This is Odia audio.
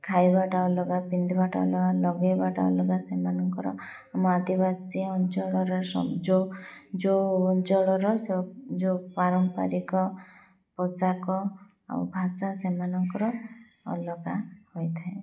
ଖାଇବାଟା ଅଲଗା ପିନ୍ଧିବାଟା ଅଲଗା ଲଗାଇବାଟା ଅଲଗା ସେମାନଙ୍କର ଆମ ଆଦିବାସୀ ଅଞ୍ଚଳର ଯେଉଁ ଯେଉଁ ଅଞ୍ଚଳର ସେ ଯେଉଁ ପାରମ୍ପାରିକ ପୋଷାକ ଆଉ ଭାଷା ସେମାନଙ୍କର ଅଲଗା ହୋଇଥାଏ